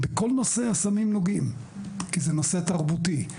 הסמים נוגעים בכל נושא, כי זהו נושא תרבותי.